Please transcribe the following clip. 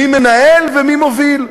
מי מנהל ומי מוביל?